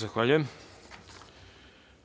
Zahvaljujem.